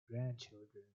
grandchildren